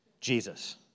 Jesus